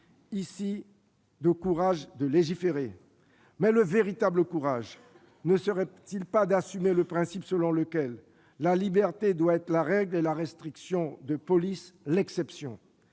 ici de courage de légiférer. Mais le véritable courage ne serait-il pas d'assumer le principe selon lequel la liberté doit être la règle et la restriction de police, l'exception ?